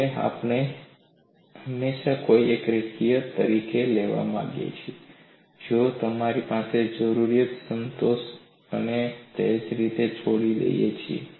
અને અમે હંમેશા કંઈપણ રેખીય તરીકે લેવા માંગીએ છીએ જો તે અમારી જરૂરિયાત સંતોષે તો અમે તેને તે જ છોડી દઈએ છીએ